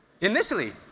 Initially